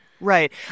Right